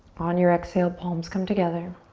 on your exhale palms come together.